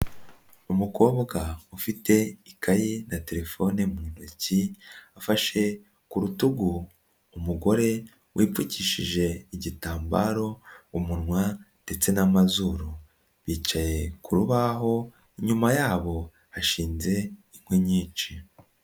Umukobwa ufite ikayi na terefone mu ntoki, afashe ku rutugu umugore wipfukishije igitambaro umunwa ndetse n'amazuru, bicaye ku rubaho, inyuma yabo hashinze inkwi nyinshi.